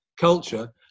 culture